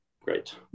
great